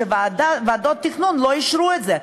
כשוועדות תכנון לא אישרו את זה,